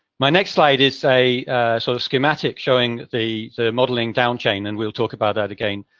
my next slide is a sort of schematic showing the the modeling down chain, and we'll talk about that again,